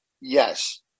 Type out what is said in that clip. Yes